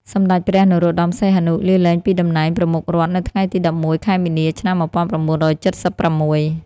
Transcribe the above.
សម្តេចព្រះ នរោត្តម សីហនុ លាលែងពីតំណែងប្រមុខរដ្ឋនៅថ្ងៃទី១១ ខែមីនា ឆ្នាំ១៩៧៦។